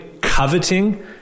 coveting